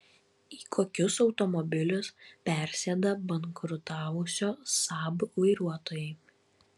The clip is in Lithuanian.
į kokius automobilius persėda bankrutavusio saab vairuotojai